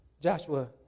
Joshua